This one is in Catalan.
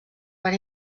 van